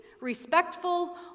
respectful